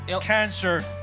Cancer